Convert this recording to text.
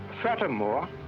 furthermore,